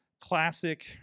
classic